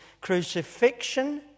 crucifixion